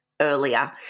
earlier